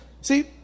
See